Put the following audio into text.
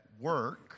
work